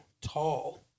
tall